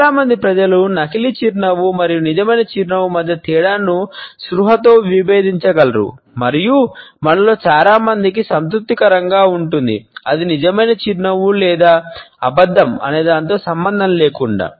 చాలా మంది ప్రజలు నకిలీ చిరునవ్వు మరియు నిజమైన చిరునవ్వు మధ్య తేడాను స్పృహతో విభేదించగలరు మరియు మనలో చాలామందికి సంతృప్తికరంగా ఉంటుంది అది నిజమైన చిరునవ్వు లేదా అబద్ధం అనేదానితో సంబంధం లేకుండా